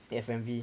F_M_V